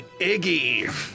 Iggy